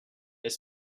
est